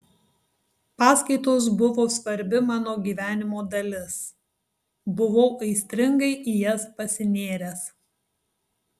paskaitos buvo svarbi mano gyvenimo dalis buvau aistringai į jas pasinėręs